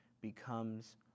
becomes